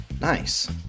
Nice